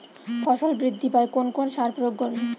ফসল বৃদ্ধি পায় কোন কোন সার প্রয়োগ করলে?